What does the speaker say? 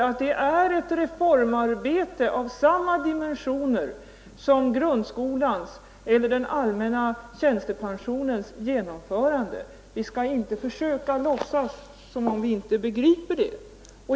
Ty det är ett reformarbete av samma dimensioner som grundskolans eller den allmänna tjänstepensionens genomförande. Vi skall inte försöka låtsas som om vi inte begriper det.